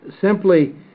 simply